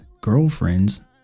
girlfriends